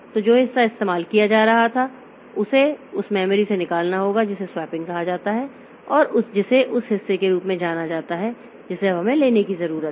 तो जो हिस्सा इस्तेमाल किया जा रहा था उसे उस मेमोरी से निकालना होगा जिसे स्वैपिंग कहा जाता है और जिसे उस हिस्से के रूप में जाना जाता है जिसे अब हमें लेने की जरूरत है